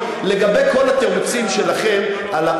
לגבי כל התירוצים שלכם על,